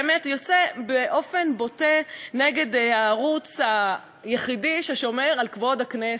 באמת יוצא באופן בוטה נגד הערוץ היחיד ששומר על כבוד הכנסת.